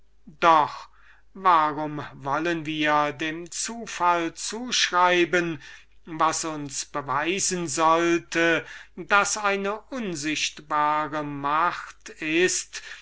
zufall doch warum wollen wir dem zufall zuschreiben was uns beweisen sollte daß eine unsichtbare macht ist